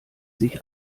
sich